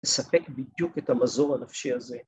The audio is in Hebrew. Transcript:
‫לספק בדיוק את המזור הנפשי הזה.